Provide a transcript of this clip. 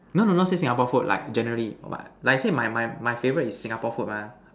no no not say Singapore food like generally but like I say my my favorite is Singapore food mah